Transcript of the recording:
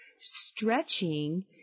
Stretching